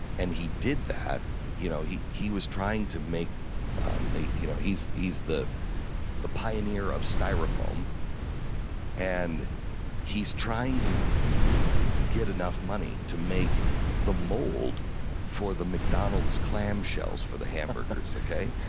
and he did that you know he he was trying to make you know he's he's the the pioneer of styrofoam and he's trying to get enough money to make the mold for the mcdonalds clam shells for the hamburgers, okay?